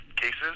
cases